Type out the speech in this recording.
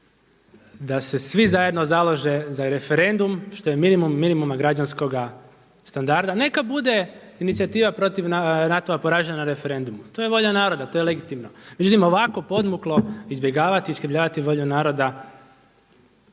da se svi zajedno založe za referendum, što je minimum minimuma građanskog standarda. Neka bude inicijativa protiv NATO-a poražena na referendumu, to je volja naroda, to je legitimno. Međutim ovako podmuklo izbjegavati i iskrivljavati volju naroda,